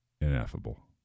ineffable